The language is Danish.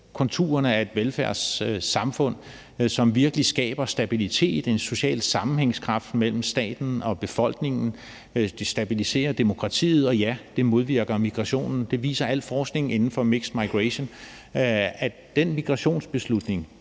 konturerne af et velfærdssamfund, som virkelig skaber stabilitet og en social sammenhængskraft mellem staten og befolkningen. Det stabiliserer demokratiet, og ja, det modvirker migrationen. Al forskning inden for mixed migration viser, at den migrationsbeslutning